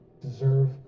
deserve